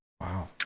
wow